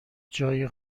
جای